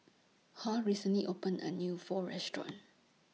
Hall recently opened A New Pho Restaurant